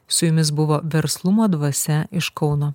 su jumis buvo verslumo dvasia iš kauno